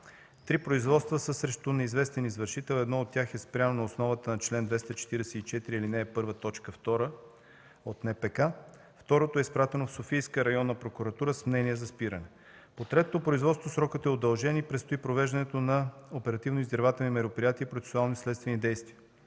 Три производства са срещу неизвестен извършител, едното от тях е спряно на основата на чл. 244, ал. 1, т. 2 от Наказателно-процесуалния кодекс. Второто е изпратено в Софийска районна прокуратура с мнение за спиране. По третото производство срокът е удължен и предстои провеждането на оперативно-издирвателни мероприятия и процесуално-следствени действия.